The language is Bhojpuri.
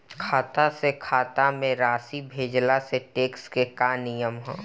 खाता से खाता में राशि भेजला से टेक्स के का नियम ह?